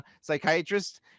psychiatrist